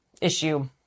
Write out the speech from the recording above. issue